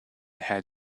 had